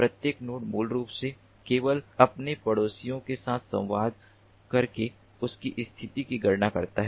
प्रत्येक नोड मूल रूप से केवल अपने पड़ोसियों के साथ संवाद करके उनकी स्थिति की गणना करता है